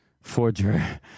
forger